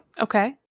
Okay